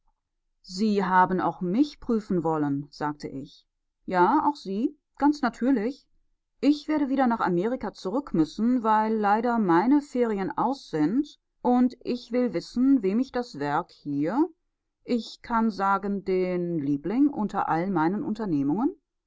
sie haben auch mich prüfen wollen sagte ich ja auch sie ganz natürlich ich werde wieder nach amerika zurück müssen weil leider meine ferien aus sind und ich will wissen wem ich das werk hier ich kann sagen den liebling unter all meinen unternehmungen